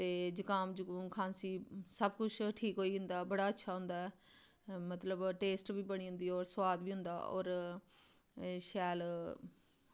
ते जुकाम खांसी सब कुछ कुछ ठीक होई जंदा बड़ा अच्छा मतलब कि टेस्ट बी बनी जंदी ओह् सोआद बी होंदा शैल होर